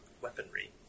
weaponry